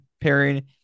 pairing